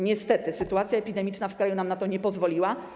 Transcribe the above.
Niestety, sytuacja epidemiczna w kraju nam na to nie pozwoliła.